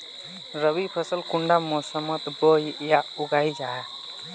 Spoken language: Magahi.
रवि फसल कुंडा मोसमोत बोई या उगाहा जाहा?